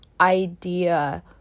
idea